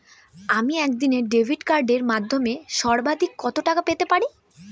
আমি একদিনে ডেবিট কার্ডের মাধ্যমে সর্বাধিক কত টাকা পেতে পারি?